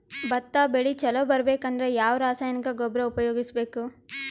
ಭತ್ತ ಬೆಳಿ ಚಲೋ ಬರಬೇಕು ಅಂದ್ರ ಯಾವ ರಾಸಾಯನಿಕ ಗೊಬ್ಬರ ಉಪಯೋಗಿಸ ಬೇಕು?